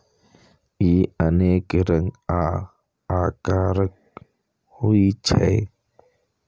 ई अनेक रंग आ आकारक होइ छै